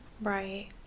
Right